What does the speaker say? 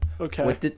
Okay